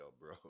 bro